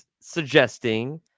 suggesting